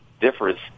differs